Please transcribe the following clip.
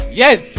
yes